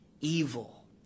evil